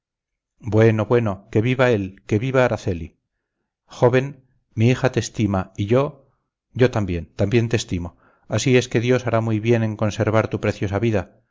bueno bueno que viva él que viva araceli joven mi hija te estima y yo yo también también te estimo así es que dios hará muy bien en conservar tu preciosa vida